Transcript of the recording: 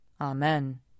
Amen